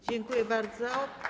Dziękuję bardzo.